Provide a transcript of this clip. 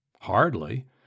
Hardly